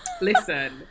listen